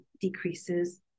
decreases